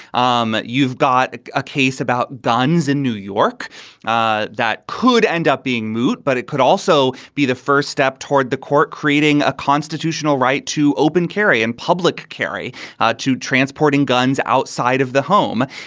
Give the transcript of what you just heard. um you've got a case about guns in new york ah that could end up being moot, but it could also be the first step toward the court, creating a constitutional right to open carry and public carry ah to transporting guns outside of the home.